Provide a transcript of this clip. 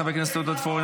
חבר הכנסת עודד פורר,